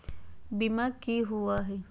बीमा की होअ हई?